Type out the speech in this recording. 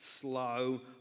slow